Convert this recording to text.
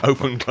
Open